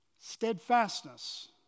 Steadfastness